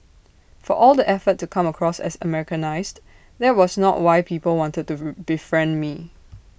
for all the effort to come across as Americanised that was not why people wanted to befriend me